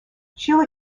sheila